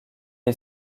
est